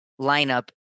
lineup